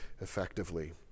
effectively